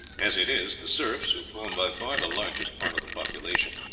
as it is, the serfs, who form by far the largest part of the population,